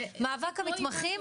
מאבק המתמחים,